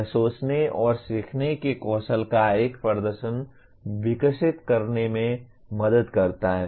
यह सोचने और सीखने के कौशल का एक प्रदर्शन विकसित करने में मदद करता है